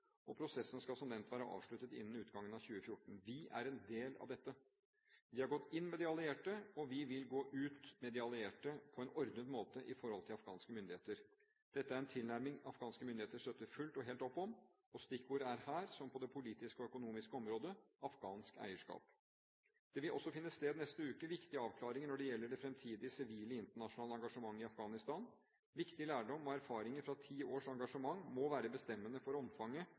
og prosessen skal – som nevnt – være avsluttet innen 2014. Vi er en del av dette. Vi har gått inn med de allierte og vi vil gå ut med de allierte, på en ordnet måte i forhold til afghanske myndigheter. Dette er en tilnærming afghanske myndigheter slutter fullt og helt opp om, og stikkordet er her – som på det politiske og økonomiske området: afghansk eierskap. Det vil også finne sted neste uke viktige avklaringer når det gjelder det fremtidige sivile internasjonale engasjementet i Afghanistan. Viktig lærdom og erfaringer fra ti års engasjement må være bestemmende for omfanget